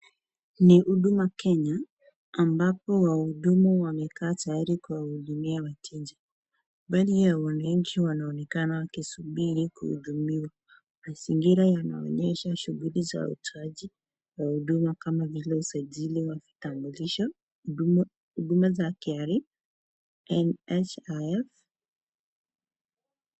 Ni huduma Kenya, ambapo wahudumu wamekaa tayari kuwahudumia wateja. Mbali wananchi wanaonekana wakisubiri kuhudumiwa. Mazingira yanaonyesha shughuli Za utoaji wa huduma kama vile usajili wa vitambulisho, huduma za KRA ,NHIF.